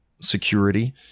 security